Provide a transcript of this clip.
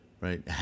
right